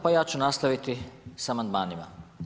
Pa ja ću nastaviti sa amandmanima.